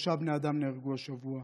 שלושה בני אדם נהרגו השבוע.